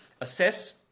Assess